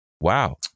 Wow